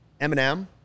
Eminem